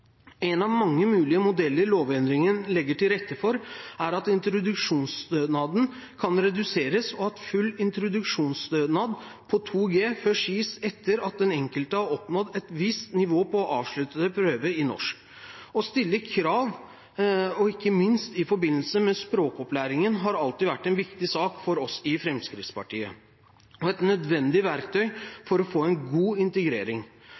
En av mange mulige modeller lovendringen legger til rette for, er at introduksjonsstønaden kan reduseres, og at full introduksjonsstønad på 2 G først gis etter at den enkelte har oppnådd et visst nivå på avsluttende prøve i norsk. Å stille krav, ikke minst i forbindelse med språkopplæringen, har alltid vært en viktig sak for oss i Fremskrittspartiet og et nødvendig verktøy for å få en god integrering.